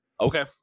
Okay